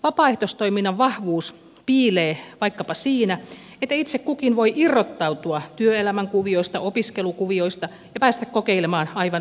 vapaaehtoistoiminnan vahvuus piilee vaikkapa siinä että itse kukin voi irrottautua työelämän kuvioista opiskelukuvioista ja päästä kokeilemaan aivan uusia asioita